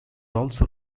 also